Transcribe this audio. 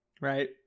right